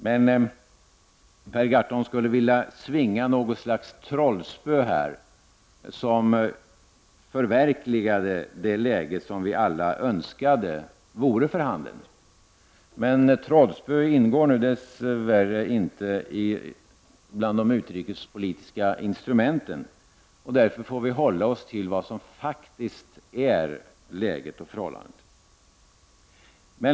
Per Gahrton skulle vilja svinga något slags trollspö, som förverkligade det läge som vi alla önskar vore för handen. Men trollspön ingår nu dess värre inte bland de utrikespolitiska instrumenten, och därför får vi hålla oss till vad som faktiskt är läget.